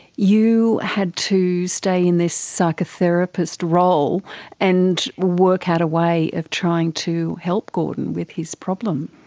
you had to stay in this psychotherapist role and work out a way of trying to help gordon with his problem.